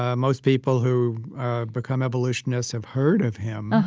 ah most people who become evolutionists have heard of him,